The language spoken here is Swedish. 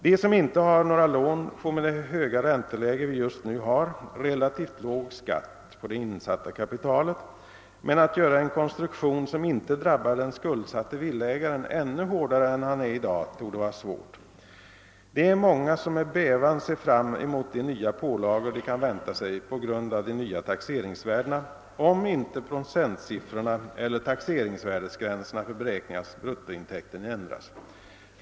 De som inte har några lån får med det höga ränteläget vi just nu har relativt låg skatt på det insatta kapitalet, men att göra en konstruktion som inte drabbar den skuldsatte villaägaren ännu hårdare än i dag torde vara svårt. Det är många som med bävan ser fram emot de nya pålagor de kan vänta sig på grund av de nya taxeringsvärdena, om inte procentsiffrorna eller taxeringsvärdesgränserna för beräkning av bruttointäkten ändras.